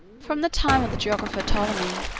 from the time of the geographer ptolemy,